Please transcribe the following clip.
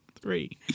three